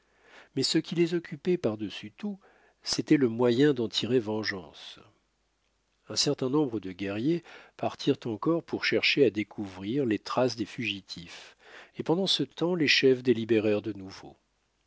mais ce qui les occupait pardessus tout c'était le moyen d'en tirer vengeance un certain nombre de guerriers partirent encore pour chercher à découvrir les traces des fugitifs et pendant ce temps les chefs délibérèrent de nouveau